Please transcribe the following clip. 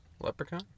Leprechaun